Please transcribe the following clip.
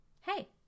hey